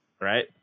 right